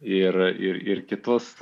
ir ir ir kitus